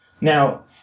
Now